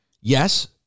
yes